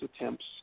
attempts